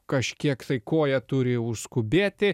kažkiek koja turi užskubėti